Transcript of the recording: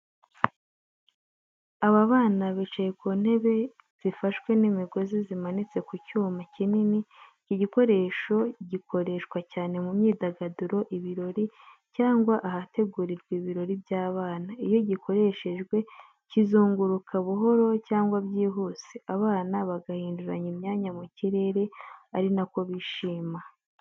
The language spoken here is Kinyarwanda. Aba bana bicaye ku ntebe zifashwe n’imigozi zimanitse ku cyuma kinini. Iki gikoresho gikoreshwa cyane mu myidagaduro ibirori, cyangwa ahategurirwa ibiruhuko by’abana. Iyo gikoreshejwe, kizunguruka buhoro cyangwa byihuse abana bagahinduranya imyanya mu kirere, ari na ko bishima.